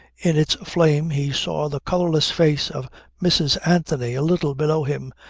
in its flame he saw the colourless face of mrs. anthony a little below him,